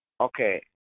Okay